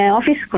Office